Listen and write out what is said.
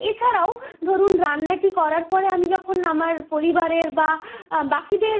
এছাড়াও ধরুন রান্নাটি করার পরে আমি যখন আমার পরিবারের বা বাকিদের